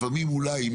אולי,